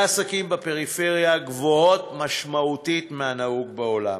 והעסקים בפריפריה, גבוהות משמעותית מהנהוג בעולם.